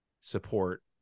support